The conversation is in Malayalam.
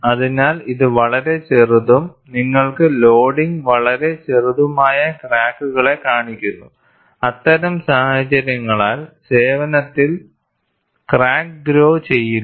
അതിനാൽ ഇത് വളരെ ചെറുതും നിങ്ങൾക്ക് ലോഡിംഗ് വളരെ ചെറുതുമായ ക്രാക്കുകളെ കാണിക്കുന്നു അത്തരം സാഹചര്യങ്ങളിൽ സേവനത്തിൽ ക്രാക്ക് ഗ്രോ ചെയ്യില്ല